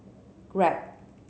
Grab